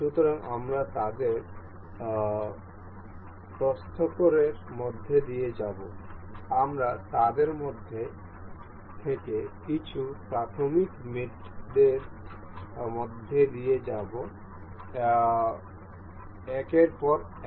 সুতরাং আমরা তাদের প্রত্যেকের মধ্য দিয়ে যাব আমরা তাদের মধ্যে থেকে কিছু প্রাথমিক মেট দের মধ্য দিয়ে যাব একের পর এক